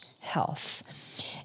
health